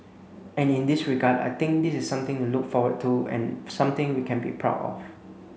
and in this regard I think this is something to look forward to and something we can be proud of